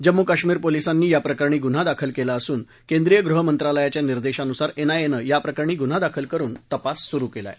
जम्मू कश्मीर पोलिसांनी याप्रकरणी गुन्हा दाखल केला असून केंद्रीय गृह मंत्रालयाच्या निर्देशानुसार एनआयएनं याप्रकरणी गुन्हा दाखल करुन तपास सुरु केला आहे